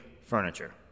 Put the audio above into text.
furniture